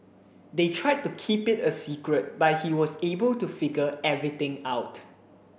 they tried to keep it a secret but he was able to figure everything out